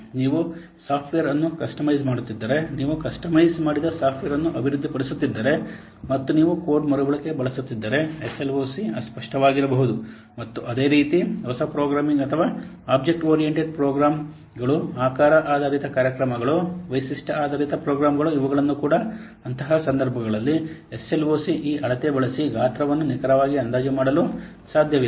ನೀವು ಸಾಫ್ಟ್ವೇರ್ ಅನ್ನು ಕಸ್ಟಮೈಸ್ ಮಾಡುತ್ತಿದ್ದರೆ ನೀವು ಕಸ್ಟಮೈಸ್ ಮಾಡಿದ ಸಾಫ್ಟ್ವೇರ್ ಅನ್ನು ಅಭಿವೃದ್ಧಿಪಡಿಸುತ್ತಿದ್ದರೆ ಮತ್ತು ನೀವು ಕೋಡ್ ಮರುಬಳಕೆ ಬಳಸುತ್ತಿದ್ದರೆ ಎಸ್ಎಲ್ಒಸಿ ಅಸ್ಪಷ್ಟವಾಗಿರಬಹುದು ಮತ್ತು ಅದೇ ರೀತಿ ಹೊಸ ಪ್ರೋಗ್ರಾಮಿಂಗ್ ಅಥವಾ ಆಬ್ಜೆಕ್ಟ್ ಓರಿಯೆಂಟೆಡ್ ಪ್ರೋಗ್ರಾಂಗಳು ಆಕಾರ ಆಧಾರಿತ ಕಾರ್ಯಕ್ರಮಗಳು ವೈಶಿಷ್ಟ್ಯ ಆಧಾರಿತ ಪ್ರೋಗ್ರಾಂಗಳು ಇವುಗಳನ್ನುಕೂಡ ಅಂತಹ ಸಂದರ್ಭಗಳಲ್ಲಿ ಎಸ್ಎಲ್ಒಸಿ ಈ ಅಳತೆ ಬಳಸಿ ಗಾತ್ರವನ್ನು ನಿಖರವಾಗಿ ಅಂದಾಜು ಮಾಡಲು ಸಾಧ್ಯವಿಲ್ಲ